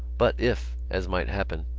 but if, as might happen,